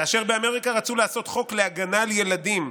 כאשר באמריקה רצו לעשות חוק להגנה על ילדים,